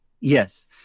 Yes